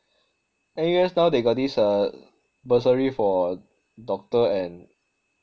N_U_S now they got this uh bursary for doctor and